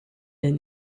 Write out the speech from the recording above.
and